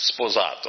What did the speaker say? sposato